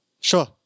Sure